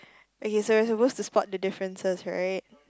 okay so you're supposed to spot the differences right